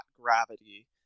gravity